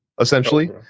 essentially